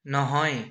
নহয়